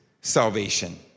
salvation